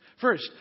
First